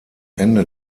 ende